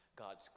God's